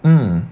um